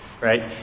right